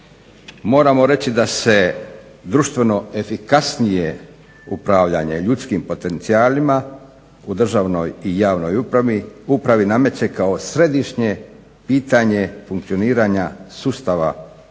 Moramo reći da se društveno efikasnije upravljanje ljudskim potencijalima u državnoj i javnoj upravi nameće kao središnje pitanje funkcioniranja sustava državne